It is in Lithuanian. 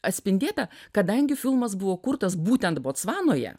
atspindėta kadangi filmas buvo kurtas būtent botsvanoje